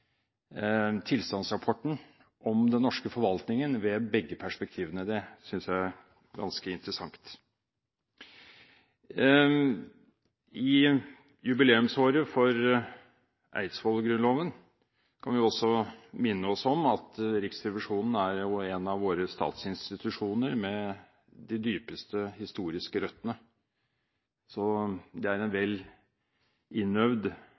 tilstandsrapporten om den norske forvaltningen ved begge perspektivene. Det synes jeg er ganske interessant. I jubileumsåret for Eidsvollsgrunnloven kan vi også minne oss selv om at Riksrevisjonen er en av de statsinstitusjonene som har de dypeste historiske røttene, så det er en vel innøvd